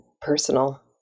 personal